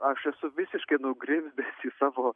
aš esu visiškai nugrimzdęs į savo